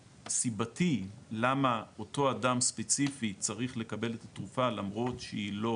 וסיבתי למה אותו אדם ספציפי צריך לקבל את התרופה למרות שהיא לא